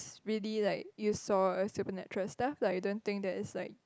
it's really like you saw a supernatural stuff like you don't think that is like